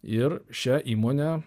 ir šią įmonę